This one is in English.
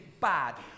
bad